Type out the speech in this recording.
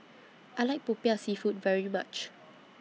I like Popiah Seafood very much